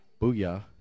Booyah